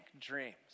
dreams